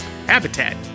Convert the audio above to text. habitat